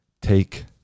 take